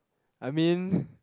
I mean